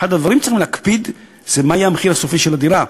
אחד הדברים שצריכים להקפיד עליו זה המחיר הסופי של הדירה.